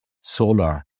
solar